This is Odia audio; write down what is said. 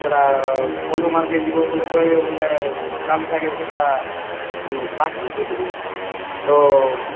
ସେଟା କନ୍ଧମାଲ୍କେ ଯିବ ବେଲେ କହେବ ବେଲେ ଗାମ୍ଛାକେ ସେଟା ପାକି ବଲ୍ବେ ତ